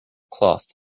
cloth